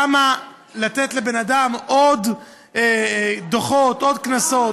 למה לתת לבן אדם עוד דוחות, עוד קנסות?